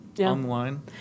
online